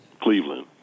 Cleveland